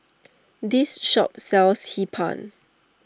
this shop sells Hee Pan